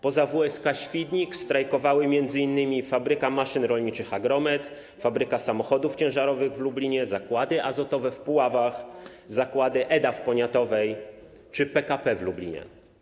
Poza WSK Świdnik strajkowały m.in. Fabryka Maszyn Rolniczych Agromet, Fabryka Samochodów Ciężarowych w Lublinie, Zakłady Azotowe w Puławach, Zakłady EDA w Poniatowej czy PKP w Lublinie.